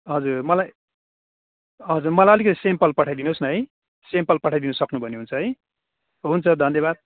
हजुर मलाई हजुर मलाई अतिकति स्याम्पल पठाइदिनुहोस् न है स्याम्पल पठाइदिनु सक्नु भयो भने हुन्छ है हुन्छ धन्यवाद